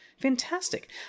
Fantastic